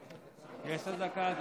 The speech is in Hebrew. יש אזעקה פה.